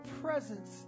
presence